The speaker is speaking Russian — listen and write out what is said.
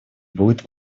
будет